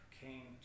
came